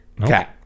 Okay